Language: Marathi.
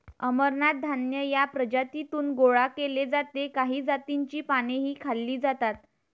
अमरनाथ धान्य या प्रजातीतून गोळा केले जाते काही जातींची पानेही खाल्ली जातात